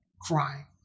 crying